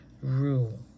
rule